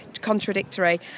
contradictory